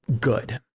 good